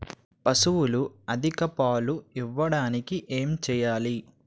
పశువులు అధిక పాలు ఇవ్వడానికి ఏంటి చేయాలి